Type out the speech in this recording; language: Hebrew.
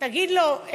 תגיד לו,